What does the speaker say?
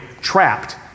trapped